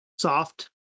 soft